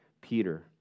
Peter